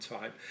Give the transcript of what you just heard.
time